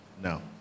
No